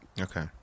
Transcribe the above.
okay